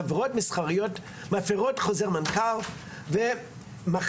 חברות מסחריות מפרות חוזר מנכ"ל ומחדירות